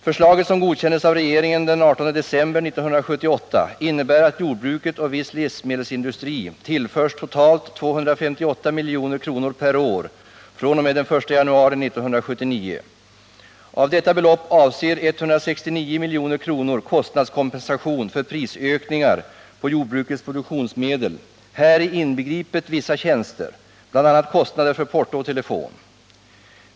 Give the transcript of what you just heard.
Förslaget, som godkändes av regeringen den 18 december 1978, innebär att jordbruket och viss livsmedelsindustri tillförs totalt 258 milj.kr. per år fr.o.m. den 1 januari 1979. Av detta belopp avser 169 milj.kr. kostnadskompensation för prisökningar på jordbrukets produktionsmedel, häri inbegripet vissa tjänster, bl.a. kostnader för porto och telefon.